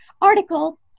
article